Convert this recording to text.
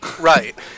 Right